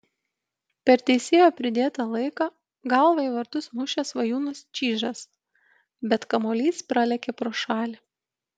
per teisėjo pridėtą laiką galva į vartus mušė svajūnas čyžas bet kamuolys pralėkė pro šalį